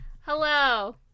Hello